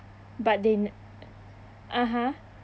but they (uh huh)